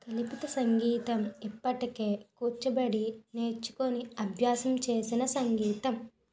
కల్పిత సంగీతం ఇప్పటికే కూర్చబడి నేర్చుకొని అభ్యాసం చేసిన సంగీతం